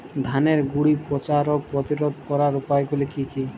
ধানের গুড়ি পচা রোগ প্রতিরোধ করার উপায়গুলি কি কি?